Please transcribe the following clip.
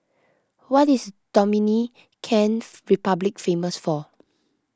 what is Dominican Republic famous for